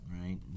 Right